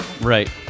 Right